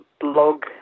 blog